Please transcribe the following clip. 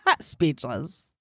speechless